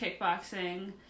kickboxing